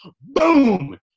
boom